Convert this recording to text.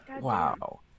wow